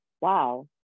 wow